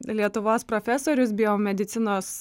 lietuvos profesorius biomedicinos